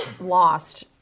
lost